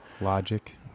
Logic